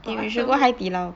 or ask zhen hui